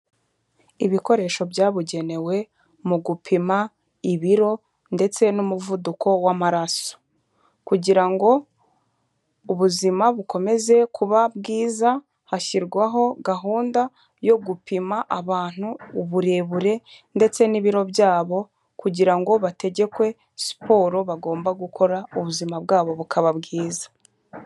Ibikoresho byabugenewe mu gupima ibiro ndetse n'umuvuduko w'amaraso. Kugira ngo ubuzima bukomeze kuba bwiza hashyirwaho gahunda yo gupima abantu uburebure ndetse n'ibiro byabo kugira ngo bategekwe siporo bagomba gukora, ubuzima bwabo bukaba bwiza.